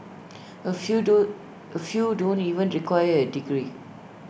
A few do A few don't even require A degree